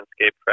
landscape